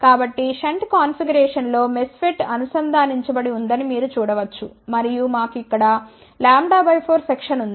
కాబట్టి షంట్ కాన్ఫిగరేషన్లో MESFET అనుసంధానించబడిందని మీరు చూడ వచ్చు మరియు మాకు ఇక్కడλ 4 సెక్షన్ ఉంది